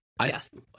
Yes